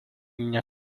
niña